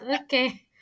okay